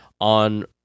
on